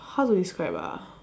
how to describe ah